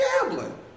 gambling